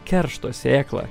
keršto sėklą